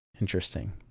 interesting